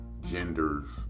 genders